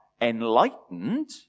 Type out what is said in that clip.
enlightened